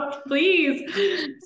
Please